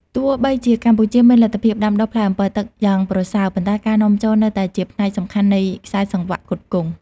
ទោះបីជាកម្ពុជាមានលទ្ធភាពដាំដុះផ្លែអម្ពិលទឹកយ៉ាងប្រសើរ ប៉ុន្តែការនាំចូលនៅតែជាផ្នែកសំខាន់មួយនៃខ្សែសង្វាក់ផ្គត់ផ្គង់។